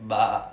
ba~